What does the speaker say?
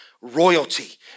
royalty